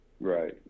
Right